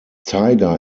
tiger